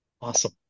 awesome